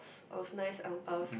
of nice ang paos